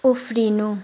उफ्रिनु